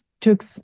took